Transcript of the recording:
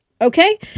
Okay